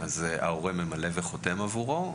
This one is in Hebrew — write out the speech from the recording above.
ההורה ממלא וחותם עבורו.